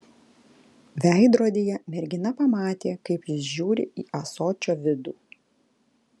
veidrodyje mergina pamatė kaip jis žiūri į ąsočio vidų